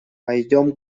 пойдем